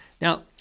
Now